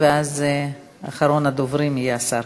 אז אחרון הדוברים יהיה השר.